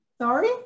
Sorry